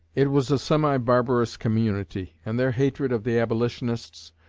it was a semi-barbarous community, and their hatred of the abolitionists,